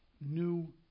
new